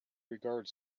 regard